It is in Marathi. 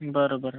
बरं बरं